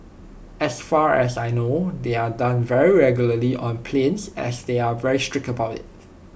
as far as I know they are done very regularly on planes as they are very strict about IT